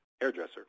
hairdresser